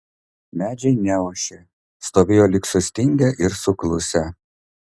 medžiai neošė stovėjo lyg sustingę ir suklusę